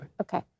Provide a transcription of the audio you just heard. Okay